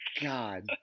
God